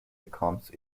becomes